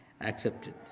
accepted